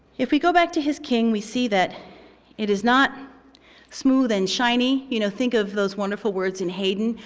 if we go back to his king, we see that it is not smooth and shiny. you know, think of those wonderful words in hayden.